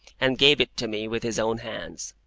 and gave it to me with his own hands,